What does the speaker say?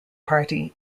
party